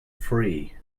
free